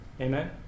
Amen